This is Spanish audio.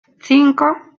cinco